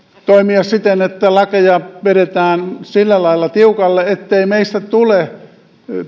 toimia siten että lakeja vedetään sillä lailla tiukalle ettei meistä tule